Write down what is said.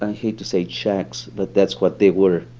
ah hate to say shacks, but that's what they were.